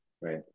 right